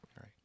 right